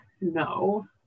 no